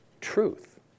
truth